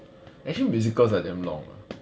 actually musicals are damn long ah